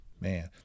Man